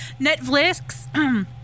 Netflix